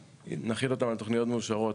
נחיל אותם על תוכניות מאושרות,